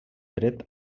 dret